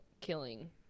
killing